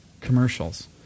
commercials